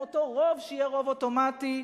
עם אותו רוב שיהיה רוב אוטומטי,